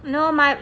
no my